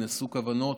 היו כוונות,